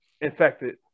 infected